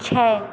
छ